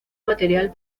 material